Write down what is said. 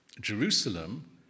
Jerusalem